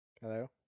Hello